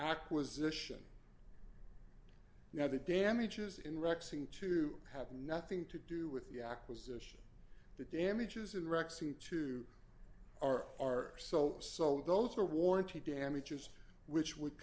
acquisition now the damages in rock seem to have nothing to do with the acquisition the damages in wrecks into our are so so those are warranty damages which would